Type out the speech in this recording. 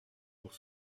pour